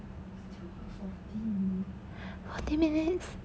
forty minutes